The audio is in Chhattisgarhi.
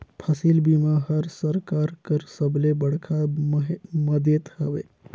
फसिल बीमा हर सरकार कर सबले बड़खा मदेत हवे